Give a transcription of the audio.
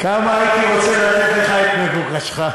------ כמה הייתי רוצה לתת לך את מבוקשך.